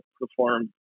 perform